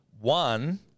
One